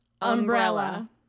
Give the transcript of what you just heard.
Umbrella